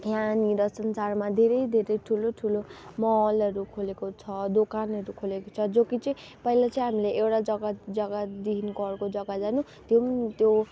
यहाँनिर संसारमा धेरै धेरै ठुलो ठुलो मलहरू खोलेको छ दोकानहरू खोलेको छ जो कि चाहिँ पहिला चाहिँ हामीले एउटा जग्गा जग्गादेखिको अर्को जग्गा जानु त्यो पनि त्यो